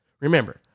remember